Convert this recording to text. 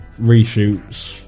reshoots